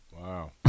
Wow